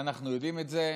אנחנו יודעים את זה,